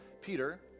Peter